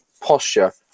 Posture